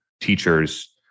teachers